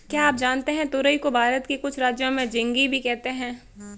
क्या आप जानते है तुरई को भारत के कुछ राज्यों में झिंग्गी भी कहते है?